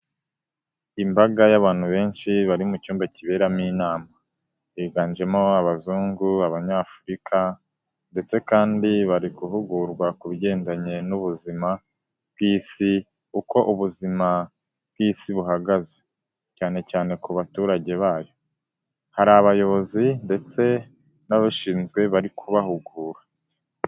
Imbaga y'abantu benshi bari mu cyumba kiberamo inama, higanjemo abazungu, abanyafurika ndetse kandi bari guhugurwa ku bigendanye n'ubuzima bw'Isi, uko ubuzima bw'Isi buhagaze cyane cyane ku baturage bayo, hari abayobozi ndetse n'ababishinzwe bari kubahugura.